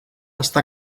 està